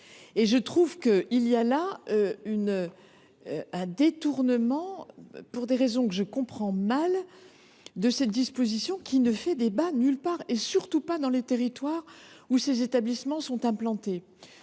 de contrats. Il y a là un détournement, pour des raisons que je comprends mal, de cette disposition qui ne fait débat nulle part, en particulier dans les territoires où ces établissements sont implantés